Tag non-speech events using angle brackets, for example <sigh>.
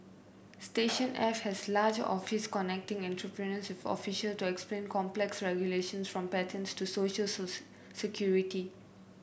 Station F has a large office connecting entrepreneurs with official to explain complex regulations from patents to social <unintelligible> security